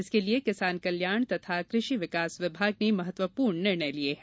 इसके लिये किसान कल्याण तथा कृषि विकास विभाग ने महत्वपूर्ण निर्णय लिये हैं